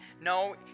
No